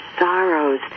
sorrows